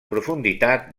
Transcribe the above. profunditat